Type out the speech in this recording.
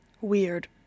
weird